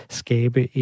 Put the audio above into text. skabe